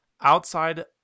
outside